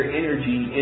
energy